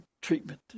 treatment